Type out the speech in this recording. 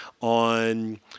on